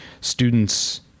students